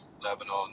Lebanon